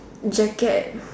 jacket